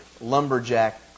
lumberjack